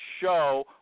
show